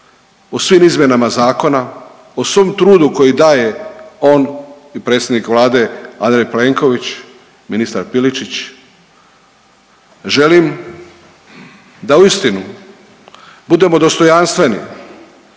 o svim izmjenama zakona, o svom trudu koji daje on i predsjednik Vlade Andrej Plenković, ministar Piličić. Želim da uistinu budemo dostojanstveni